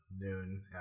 noon